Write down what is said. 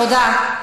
תודה.